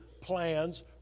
plans